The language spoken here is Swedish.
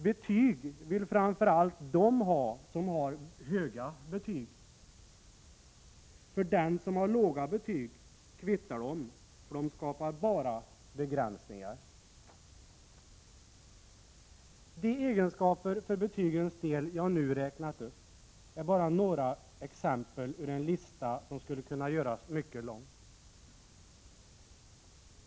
Betyg vill framför allt de elever ha som har höga betyg. För dem som har låga betyg kvittar det, eftersom de enbart skapar begränsningar. De betygsegenskaper som jag nu har räknat upp är bara några exempel ur en lista som skulle kunna göras mycket lång.